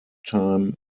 time